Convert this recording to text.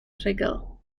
rhugl